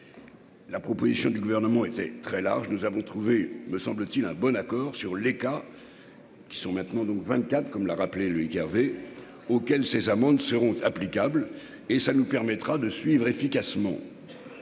La proposition du gouvernement était très large, nous avons trouvé, me semble-t-il, un bon accord sur les cas qui sont maintenant donc 24, comme l'a rappelé, lui avait auquel ces amendes seront applicables et ça nous permettra de suivre efficacement